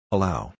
Allow